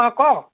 অঁ কওক